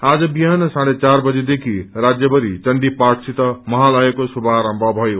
आज बिहान साँढे चार बजे देखि राज्य भरि चण्डी पाठसित महालयाको शुभारम्म भयो